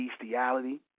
bestiality